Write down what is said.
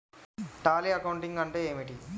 Tally accounting అంటే ఏమిటి?